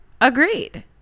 Agreed